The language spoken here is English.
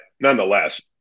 nonetheless